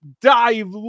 dive